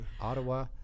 Ottawa